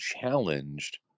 challenged